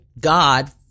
God